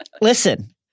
listen